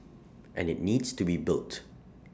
and IT needs to be built